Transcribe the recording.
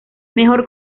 mejor